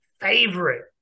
favorite